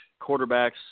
quarterbacks